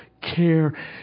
care